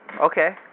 Okay